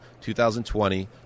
2020